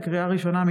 לקריאה ראשונה,